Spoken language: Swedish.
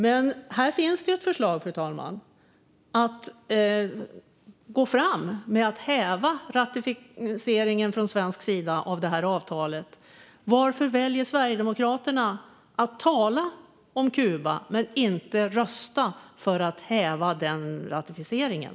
Men här finns nu ett förslag om att häva Sveriges ratifikation av avtalet. Varför väljer Sverigedemokraterna att tala om Kuba men inte rösta för att häva ratifikationen?